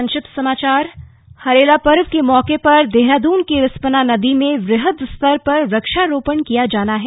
संक्षिप्त समाचार हरेला पर्व के मौके पर देहरादून की रिस्पना नदी में वृहद स्तर पर वृक्षारोपण किया जाना है